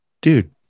dude